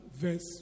verse